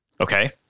okay